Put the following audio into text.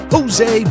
Jose